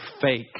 fake